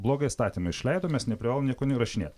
blogą įstatymą išleido mes neprivalom nieko neįrašinėt